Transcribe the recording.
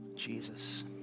Jesus